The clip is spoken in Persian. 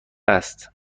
است